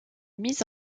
mise